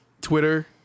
twitter